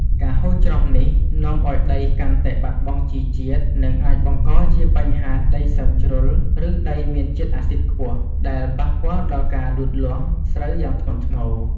ការហូរច្រោះនេះនាំឱ្យដីកាន់តែបាត់បង់ជីជាតិ និងអាចបង្កជាបញ្ហាដីសើមជ្រុល ឬដីមានជាតិអាស៊ីតខ្ពស់ ដែលប៉ះពាល់ដល់ការលូតលាស់ស្រូវយ៉ាងធ្ងន់ធ្ងរ។